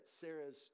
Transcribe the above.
Sarah's